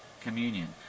communion